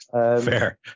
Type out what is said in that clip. Fair